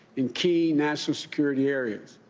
in key national security areas.